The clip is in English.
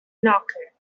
knocker